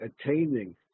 attaining